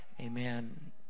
Amen